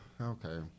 Okay